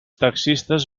taxistes